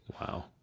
Wow